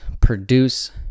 produce